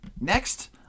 Next